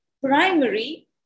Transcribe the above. primary